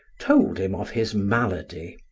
told him of his malady,